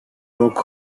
rock